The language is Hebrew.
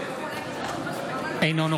להצטלם ולחזור להצבעה.